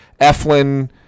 Eflin